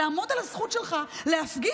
לעמוד על הזכות שלך להפגין.